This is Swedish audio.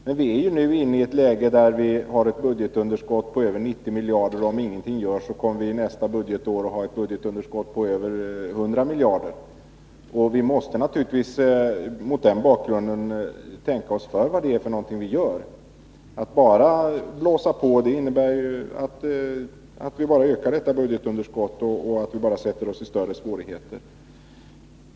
Men vi befinner oss ju nu i ett läge med ett budgetunderskott på över 90 miljarder. Om ingenting görs, kommer vi nästa budgetår att ha ett budgetunderskott på över 100 miljarder. Vi måste naturligtvis mot den bakgrunden tänka efter vad det är för någonting vi gör. Att bara ”blåsa på” innebär ju att vi ökar detta budgetunderskott och försätter oss i större svårigheter.